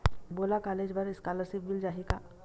मोला कॉलेज बर स्कालर्शिप मिल जाही का?